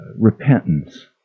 repentance